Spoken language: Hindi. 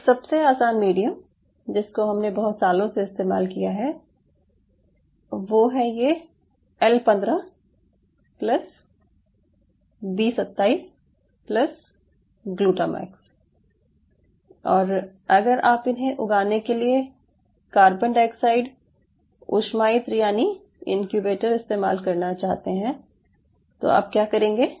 एक सबसे आसान मीडियम जिसको हमने बहुत सालों से इस्तेमाल किया है वो है ये L 15 plus B 27 plus GlutaMAX और अगर आप इन्हे उगाने के लिए कार्बन डाइऑक्साइड उष्मायित्र यानि इनक्यूबेटर इस्तेमाल करना चाहते हैं तो आप क्या करेंगे